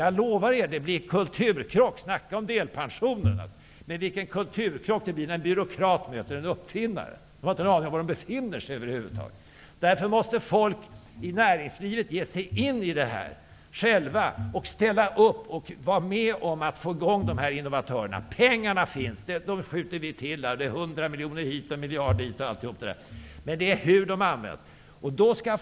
Jag lovar er att det blir kulturkrock. Snacka om delpensionen! Vilken kulturkrock det blir när en byråkrat möter en uppfinnare. Byråkraterna har inte en aning om var de befinner sig över huvud taget. Därför måste folk i näringslivet ge sig in i detta själva och ställa upp. De måste vara med och få i gång innovatörerna. Pengarna finns. Dem skjuter vi till -- 100 miljoner hit, en miljard dit. Det handlar om hur pengarna används.